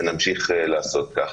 ונמשיך לעשות כך.